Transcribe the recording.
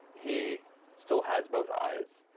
he still has both eyes.